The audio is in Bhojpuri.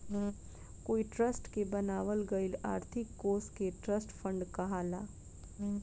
कोई ट्रस्ट के बनावल गईल आर्थिक कोष के ट्रस्ट फंड कहाला